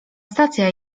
stacja